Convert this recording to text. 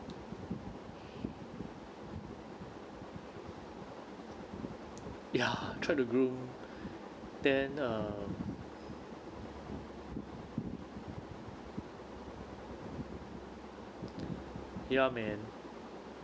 ya tried to groom then uh ya man